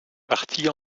partie